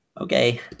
Okay